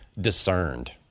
discerned